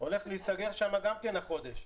הולך להיסגר שם החודש.